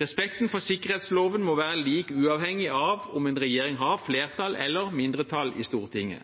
Respekten for sikkerhetsloven må være lik, uavhengig av om en regjering har flertall eller mindretall i Stortinget.